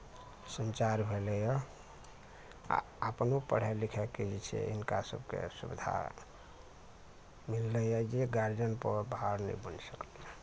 सञ्चार भेलैया आ अपनो पढ़ाइ लिखाइके जे छै हिनका सबके सुविधा मिललैया जे गार्जियन पर भार नहि बनि सकलै